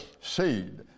seed